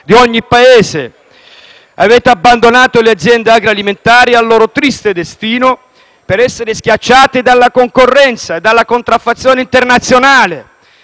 di ogni Paese. Avete abbandonato le aziende agroalimentari al loro triste destino e saranno schiacciate dalla concorrenza e dalla contraffazione internazionale.